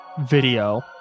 video